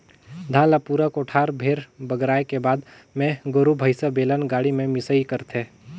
धान ल पूरा कोठार भेर बगराए के बाद मे गोरु भईसा, बेलन गाड़ी में मिंसई करथे